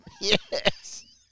Yes